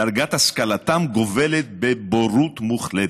דרגת השכלתם גובלת בבורות מוחלטת,